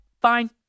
fine